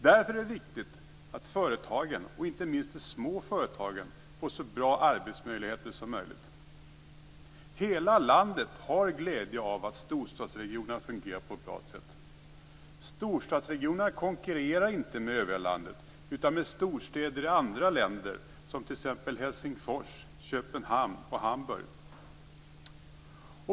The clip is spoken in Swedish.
Därför är det viktigt att företagen, inte minst de små företagen, får så bra arbetsmöjligheter som möjligt. Hela landet har glädje av att storstadsregionerna fungerar på ett bra sätt. Storstadsregionerna konkurrerar inte med övriga landet utan med storstäder i andra länder, t.ex. Helsingfors, Köpenhamn och Hamburg.